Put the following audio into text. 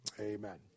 Amen